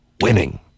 winning